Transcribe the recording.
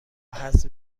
حذف